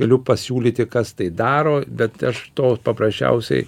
galiu pasiūlyti kas tai daro bet aš to paprasčiausiai